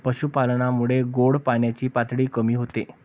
पशुपालनामुळे गोड पाण्याची पातळी कमी होते